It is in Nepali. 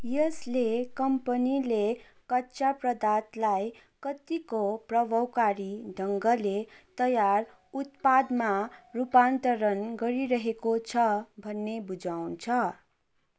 यसले कम्पनीले कच्चा पदार्थलाई कत्तिको प्रभावकारी ढङ्गले तयार उत्पादमा रूपान्तरण गरिरहेको छ भन्ने बुझाउँछ